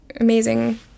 Amazing